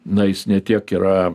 na jis ne tiek yra